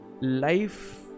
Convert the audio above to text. life